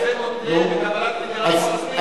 שזה מותנה בקבלת מדינת פלסטין,